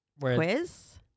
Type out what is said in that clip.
Quiz